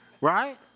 right